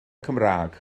cymraeg